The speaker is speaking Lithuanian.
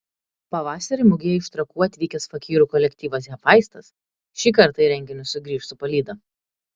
pavasarį mugėje iš trakų atvykęs fakyrų kolektyvas hefaistas šį kartą į renginį sugrįš su palyda